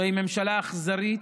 זוהי ממשלה אכזרית,